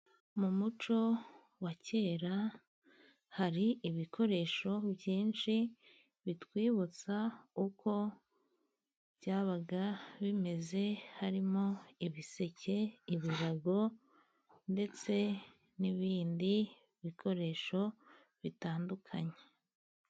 Mu muco wa kera hari ibikoresho byinshi bitwibutsa uko byabaga bimeze, harimo ibiseke, ibirago, ndetse n'ibindi bikoresho bitandukanye.